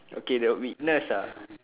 okay the weakness uh